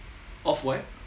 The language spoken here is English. off white